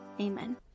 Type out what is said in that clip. Amen